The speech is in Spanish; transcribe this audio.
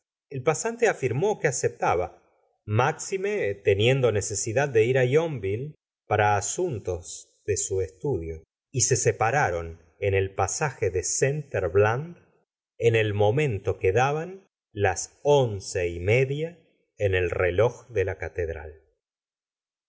el pasante afirmó que aceptaba máxime teniendo necesidad de ir á yonville para asuntos de su estudio y se separaron en el pasaje de saint herbland en el momento que daban las once y media en el reloj de la catedral